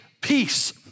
peace